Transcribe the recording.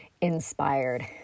Inspired